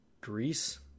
Greece